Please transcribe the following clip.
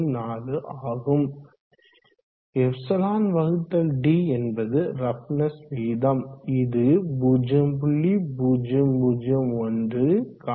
004 ஆகும் εd என்பது ரஃப்னஸ் விகிதம் இது 0